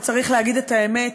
וצריך להגיד את האמת: